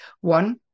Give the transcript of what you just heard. one